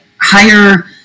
higher